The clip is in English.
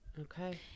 Okay